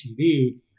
tv